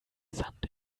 sand